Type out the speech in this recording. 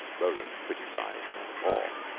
roland criticized no more.